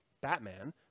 Batman